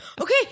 Okay